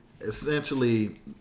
Essentially